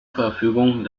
verfügung